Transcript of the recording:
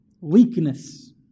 weakness